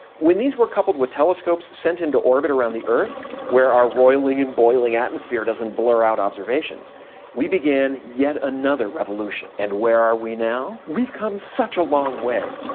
when these were coupled with telescopes sent in orbit around the earth where our roiling and boiling atmosphere doesn't blur out observations we began yet another revolution. and where are we now? we've come such a long way!